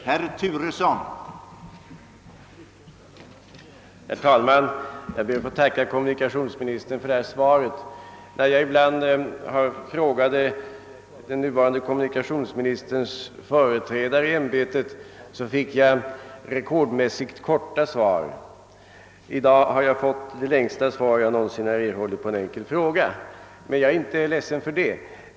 Herr talman! Jag ber att få tacka kommunikationsministern för svaret. När jag ibland riktade enkla frågor till den nuvarande kommunikationsministerns företrädare i ämbetet fick jag rekordmässigt korta svar. I dag har jag fått det längsta svar jag någonsin erhållit på en enkel fråga men jag är inte ledsen för det.